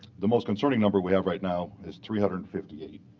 the most concerning number we have right now is three hundred and fifty eight.